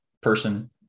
person